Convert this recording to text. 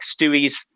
Stewie's